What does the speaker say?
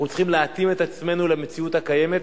אנחנו צריכים להתאים את עצמנו למציאות הקיימת,